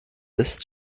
ist